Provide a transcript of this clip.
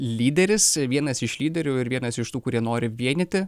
lyderis vienas iš lyderių ir vienas iš tų kurie nori vienyti